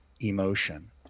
emotion